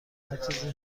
هرچیزی